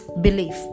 belief